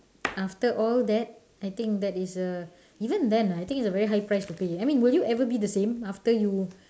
after all that I think that is a even then I think it is a very high price to pay I mean will you ever be the same after you